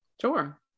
sure